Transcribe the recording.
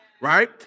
right